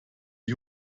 die